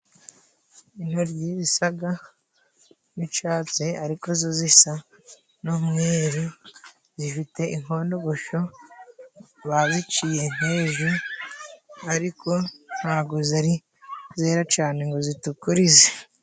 Intoryi zisa n'icyatsi ariko zo zisa n'umweru zifite inkondogosho baziciye nk'ejo, ariko ntago zari zera cyane ngo zitukurize.